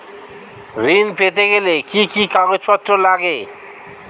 ঋণ পেতে গেলে কি কি কাগজপত্র লাগে?